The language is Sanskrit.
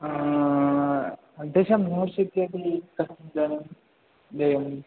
दश कथं धनं देयम्